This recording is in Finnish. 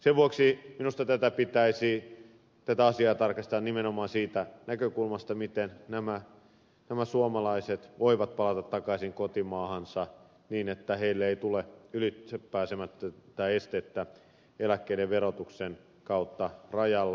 sen vuoksi minusta tätä asiaa pitäisi tarkastella nimenomaan siitä näkökulmasta miten nämä suomalaiset voivat palata takaisin kotimaahansa niin että heille ei tule ylitsepääsemätöntä estettä eläkkeiden verotuksen kautta rajalla